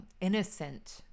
innocent